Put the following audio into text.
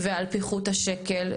ועל פיחות השקל,